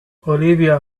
olivia